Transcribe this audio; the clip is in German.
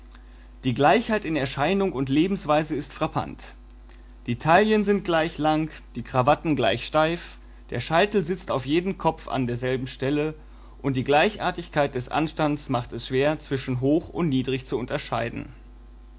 die gleichheit in erscheinung und lebensweise ist frappant die taillen sind gleich lang die krawatten gleich steif der scheitel sitzt auf jedem kopf an derselben stelle und die gleichartigkeit des anstands macht es schwer zwischen hoch und niedrig zu unterscheiden